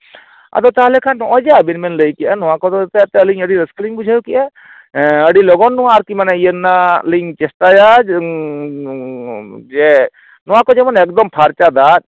ᱟᱫᱚ ᱛᱟᱦᱚᱞᱮ ᱠᱷᱟᱱ ᱱᱚᱜᱼᱚᱭ ᱡᱮ ᱟᱵᱮᱱ ᱱᱵᱮᱱ ᱞᱟᱹᱭ ᱠᱮᱜᱼᱟ ᱱᱚᱣᱟ ᱠᱚᱫᱚ ᱮᱱᱛᱮ ᱟᱞᱤᱧ ᱟᱹᱰᱤ ᱨᱟᱹᱥᱠᱟᱹ ᱞᱤᱧ ᱵᱩᱡᱷᱟᱹᱣ ᱠᱮᱫᱟ ᱟᱹᱰᱤ ᱞᱚᱜᱚᱱ ᱟᱨᱠᱤ ᱱᱚᱣᱟ ᱢᱟᱱᱮ ᱤᱭᱟᱹ ᱨᱮᱱᱟᱜ ᱞᱤᱧ ᱪᱮᱥᱴᱟᱭᱟ ᱡᱮ ᱱᱚᱣᱟ ᱠᱚ ᱡᱮᱢᱚᱱ ᱮᱠᱫᱚᱢ ᱯᱷᱟᱨᱪᱟ ᱫᱟᱜ